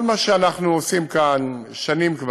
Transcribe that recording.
כל מה שאנחנו עושים כאן כבר שנים,